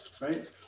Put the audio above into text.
right